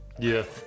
Yes